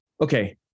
Okay